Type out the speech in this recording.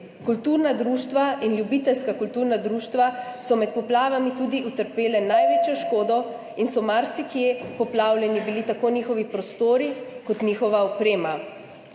Kulturna društva in ljubiteljska kulturna društva so med poplavami tudi utrpele največjo škodo, marsikje so bili poplavljeni tako njihovi prostori kot njihova oprema.